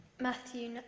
Matthew